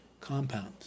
compounds